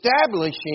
establishing